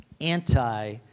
anti